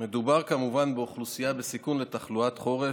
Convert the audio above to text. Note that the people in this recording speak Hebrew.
מדובר כמובן באוכלוסייה בסיכון למחלות חורף,